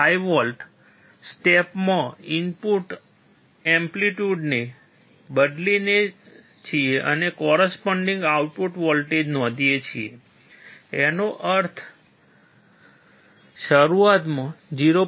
5 વોલ્ટના સ્ટેપ્સમાં ઇનપુટ એમ્પ્લિટ્યૂડને બદલીએ છીએ અને કોરસ્પોન્ડિંગ આઉટપુટ વોલ્ટેજ નોંધીએ છીએ તેનો અર્થ શરૂઆતમાં 0